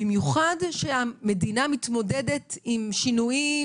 במיוחד כשהמדינה מתמודדת עם שינויים